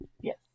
Yes